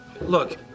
Look